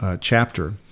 chapter